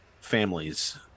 families